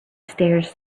stairs